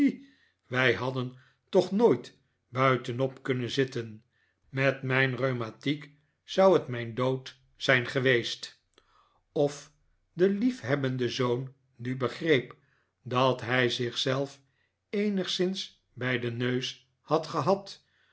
wij hadden toch nooit buitenop kunnen zitten met mijn rheumamaarten chuzzlewit tiek zou het mijn dood zijn geweest of de liefhebbende zoon nu begreep dat hij zich zelf eenigszins bij den neus had gehad